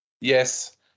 Yes